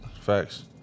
facts